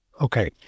Okay